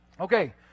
Okay